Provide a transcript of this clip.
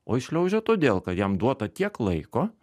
o jis šliaužia todėl kad jam duota tiek laiko